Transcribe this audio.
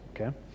okay